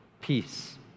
peace